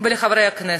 וחברי הכנסת: